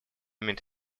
meet